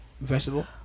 vegetable